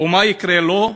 ומה יקרה לו?